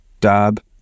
Dab